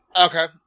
Okay